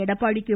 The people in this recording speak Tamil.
எடப்பாடி கே